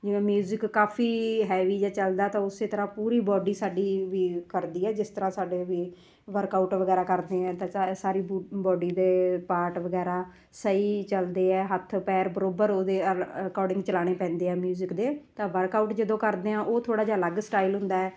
ਜਿਵੇਂ ਮਿਊਜਿਕ ਕਾਫ਼ੀ ਹੈਵੀ ਜਿਹਾ ਚੱਲਦਾ ਤਾਂ ਉਸ ਤਰ੍ਹਾਂ ਪੂਰੀ ਬਾਡੀ ਸਾਡੀ ਵੀ ਕਰਦੀ ਹੈ ਜਿਸ ਤਰ੍ਹਾਂ ਸਾਡੇ ਵੀ ਵਰਕਆਊਟ ਵਗੈਰਾ ਕਰਦੇ ਐਂ ਤਾਂ ਚਾਹੇ ਸਾਰੀ ਬਾਡੀ ਦੇ ਪਾਰਟ ਵਗੈਰਾ ਸਹੀ ਚਲਦੇ ਹੈ ਹੱਥ ਪੈਰ ਬਰਾਬਰ ਉਹਦੇ ਵੱਲ ਅਕੋਰਡਿੰਗ ਚਲਾਉਣੇ ਪੈਂਦੇ ਆ ਮਿਊਜਿਕ ਦੇ ਤਾਂ ਵਰਕਆਊਟ ਜਦੋਂ ਕਰਦੇ ਹਾਂ ਉਹ ਥੋੜ੍ਹਾ ਜਿਹਾ ਅਲੱਗ ਸਟਾਈਲ ਹੁੰਦਾ ਹੈ